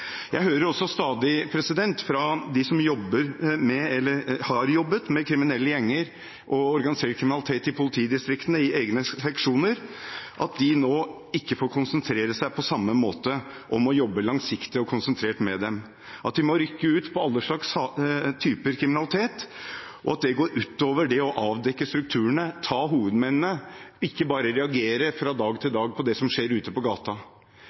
Jeg hører også stadig fra dem som jobber eller har jobbet med kriminelle gjenger og organisert kriminalitet i politidistriktene i egne seksjoner, at de nå ikke får konsentrere seg på samme måte om å jobbe langsiktig og konsentrert med dem, men at de må rykke ut på alle slags typer kriminalitet, og at det går utover det å avdekke strukturene, ta hovedmennene, og ikke bare reagere fra dag til dag på det som skjer ute på gata.